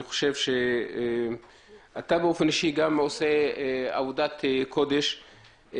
חשוב שאתה באופן אישי עודה עבודת קודש.